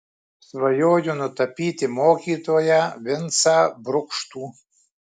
svajoju nutapyti mokytoją vincą brukštų